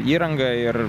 įranga ir